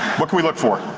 what can we look for?